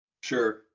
Sure